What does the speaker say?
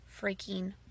freaking